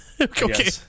Okay